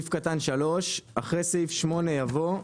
63. (3) אחרי סעיף 8 יבוא: